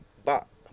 but